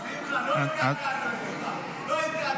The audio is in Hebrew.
וולדיגר, וולדיגר מספיק זמן פה כדי להבין מה קורה.